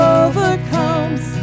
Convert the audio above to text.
overcomes